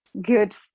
good